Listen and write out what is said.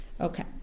Okay